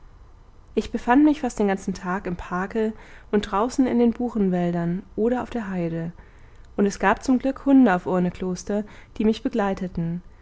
ich befand mich fast den ganzen tag im parke und draußen in den buchenwäldern oder auf der heide und es gab zum glück hunde auf urnekloster die mich begleiteten